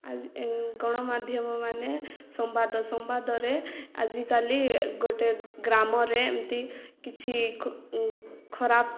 ଆ ଗଣମାଧ୍ୟମ ମାନେ ସମ୍ବାଦ ସମ୍ବାଦରେ ଆଜିକାଲି ଗୋଟେ ଗ୍ରାମରେ ଏମିତି କିଛି ଖରାପ